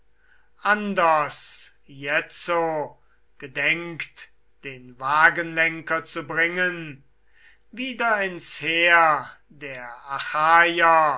anders jetzo gedenkt den wagenlenker zu bringen wieder ins heer der